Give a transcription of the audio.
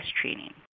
training